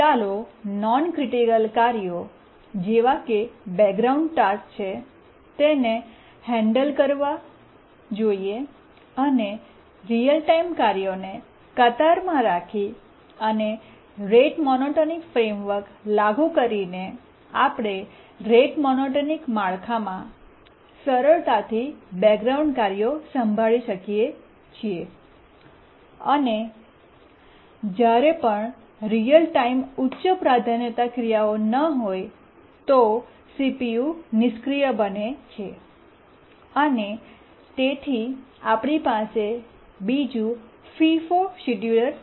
ચાલો non critical કાર્યો જેવાકે બેકગ્રાઉન્ડ ટાસ્ક છે તેને હેન્ડલ કરવા જોઈએ અને રીઅલ ટાઇમ કાર્યોને કતારમાં રાખી અને રેટ મોનોટોનિક ફ્રૈમ્વર્ક લાગુ કરીને આપણે રેટ મોનોટોનિક માળખામાં સરળતાથી બેકગ્રાઉન્ડ કાર્યો સંભાળી શકીએ અને જ્યારે પણ રીઅલ ટાઈમ ઉચ્ચ પ્રાધાન્યતા ક્રિયાઓ ન હોય તો સીપીયુ નિષ્ક્રિય બને છે અને તેથી આપણી પાસે બીજું FIFO ફીફો શેડ્યૂલર છે